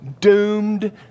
doomed